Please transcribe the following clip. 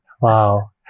wow